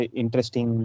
interesting